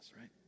right